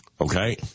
Okay